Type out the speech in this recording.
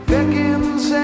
Beckons